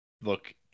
look